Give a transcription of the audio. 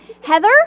Heather